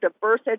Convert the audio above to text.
diverse